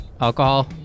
alcohol